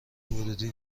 ورودی